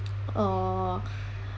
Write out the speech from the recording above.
uh